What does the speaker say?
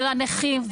של הנכים,